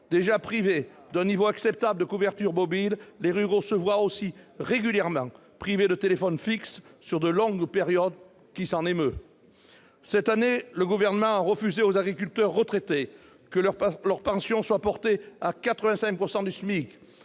Déjà privés d'un niveau acceptable de couverture mobile, les ruraux se voient aussi régulièrement privés de téléphonie fixe sur de longues périodes : qui s'en émeut ? Cette année, le Gouvernement a refusé de porter les pensions des agriculteurs retraités à 85 % du SMIC.